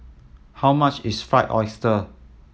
how much is Fried Oyster